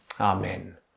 Amen